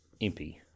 Impy